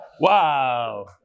Wow